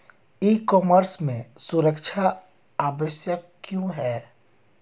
ई commerce में सुरक्षा आवश्यक क्यों है?